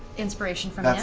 inspiration from